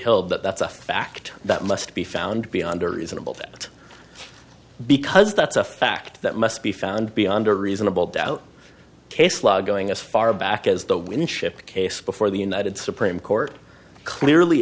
held that that's a fact that must be found beyond a reasonable fact because that's a fact that must be found beyond a reasonable doubt case law going as far back as the winship case before the united supreme court clearly